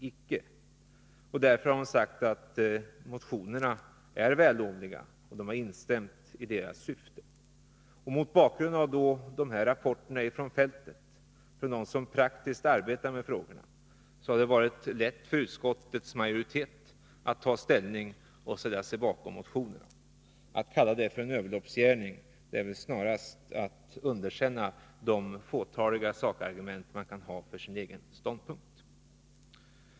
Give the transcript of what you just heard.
De har sagt att motionerna är vällovliga och instämt i deras syfte. Mot bakgrund av dessa rapporter från fältet från dem som praktiskt arbetar med frågorna har det varit lätt för utskottets majoritet att ta ställning och ställa sig bakom motionerna. Att kalla det för en överloppsgärning är väl snarast att underkänna de fåtaliga sakargument man kan ha för sin egen ståndpunkt.